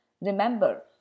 Remember